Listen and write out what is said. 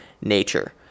nature